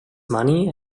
money